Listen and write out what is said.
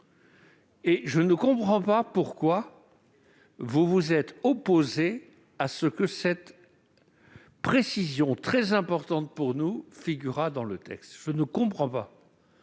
Je ne comprends pas pourquoi vous vous êtes opposé à ce que cette précision, très importante pour nous, figurât dans le texte. Pour nous,